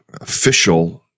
official